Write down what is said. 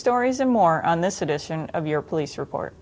stories and more on this edition of your police report